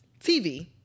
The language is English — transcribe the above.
TV